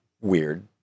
weird